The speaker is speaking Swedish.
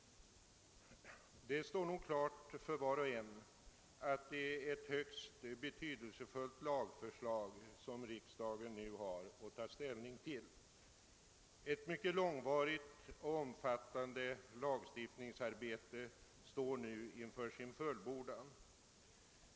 Det står nog klart för var och en att det är ett högst betydelsefullt lagförslag som riksdagen nu har att ta ställning till. Ett mycket långvarigt och omfattande lagstiftningsarbete står inför sin fullbordan.